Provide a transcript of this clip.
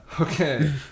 Okay